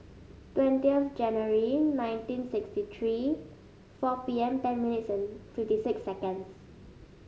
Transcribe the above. twenty January nineteen sixty three four P M ten minutes and fifty six seconds